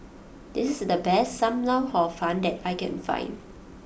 this is the best Sam Lau Hor Fun that I can find